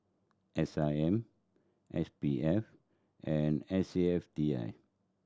S I M S P F and S A F T I